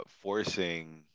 forcing